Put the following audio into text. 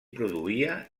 produïa